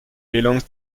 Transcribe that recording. belongs